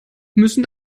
müssen